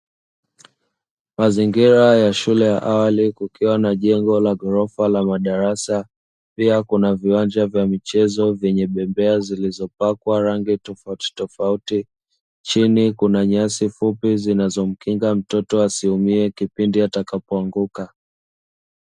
Mazingira ya shule ya awali kukiwa na jengo la ghorofa la madarasa, pia kuna viwanja vya michezo vyenye bembea zilizopakwa rangi za tofautitofauti, chini kuna nyasi fupi zinazomkinga mtoto asiumie kipindi atakapoanguka.